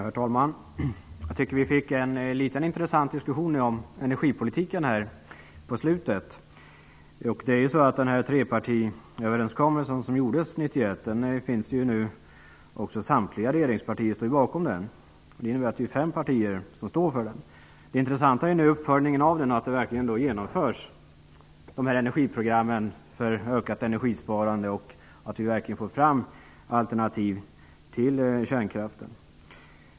Herr talman! Jag tycker att vi fick en liten, intressant diskussion om energipolitiken här på slutet. Trepartiöverenskommelsen som träffades 1991 står nu samtliga regeringspartier bakom. Det innebär att fem partier står för den. Det intressanta är att uppföljningen av energiprogrammen för ökat energisparande verkligen genomförs och att vi verkligen får fram alternativ till kärnkraften.